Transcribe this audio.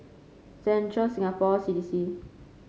Central Singapore C D C